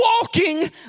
walking